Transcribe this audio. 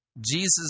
Jesus